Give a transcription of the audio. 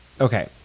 Okay